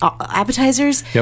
appetizers